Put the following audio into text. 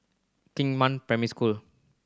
Xingnan Primary School